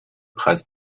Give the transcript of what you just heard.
preis